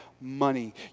money